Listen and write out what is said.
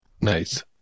Nice